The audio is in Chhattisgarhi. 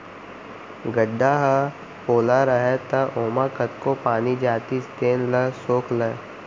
गड्ढ़ा ह पोला रहय त ओमा कतको पानी जातिस तेन ल सोख लय